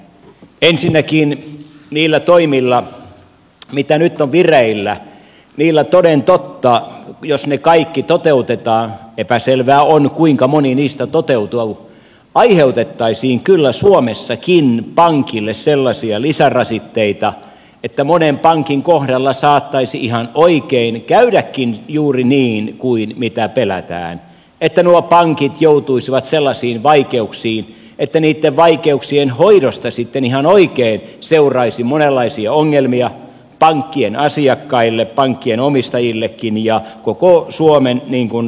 ensinnäkin niillä toimilla mitä nyt on vireillä toden totta jos ne kaikki toteutetaan epäselvää on kuinka moni niistä toteutuu aiheutettaisiin kyllä suomessakin pankeille sellaisia lisärasitteita että monen pankin kohdalla saattaisi ihan oikein käydäkin juuri niin kuin pelätään että nuo pankit joutuisivat sellaisiin vaikeuksiin että niitten vaikeuksien hoidosta sitten ihan oikein seuraisi monenlaisia ongelmia pankkien asiakkaille pankkien omistajillekin ja koko suomen rahoitusjärjestelmälle